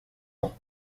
ans